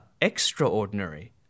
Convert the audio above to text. extraordinary